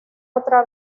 otra